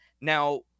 Now